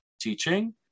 teaching